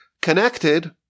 connected